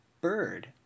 bird